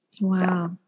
Wow